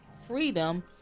freedom